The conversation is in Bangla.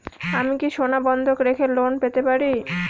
আমি কি সোনা বন্ধক রেখে লোন পেতে পারি?